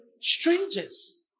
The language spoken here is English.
strangers